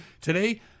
Today